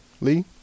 Lee